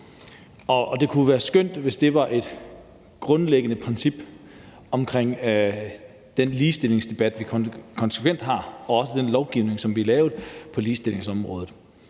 det kunne jo være skønt, hvis det var et grundlæggende princip i den ligestillingsdebat, som vi konsekvent har, og også den lovgivning, som vi har lavet på ligestillingsområdet.